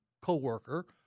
co-worker